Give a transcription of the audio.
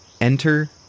Enter